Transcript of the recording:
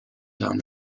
down